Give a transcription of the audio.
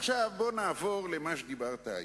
עכשיו, בוא נעבור למה שדיברת היום.